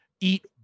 eat